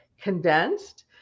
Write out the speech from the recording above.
condensed